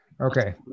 okay